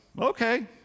Okay